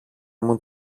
μου